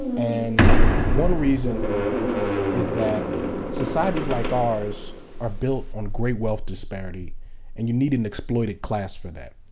and one reason is that societies like ours are built on great wealth disparity and you need an exploited class for that.